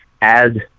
add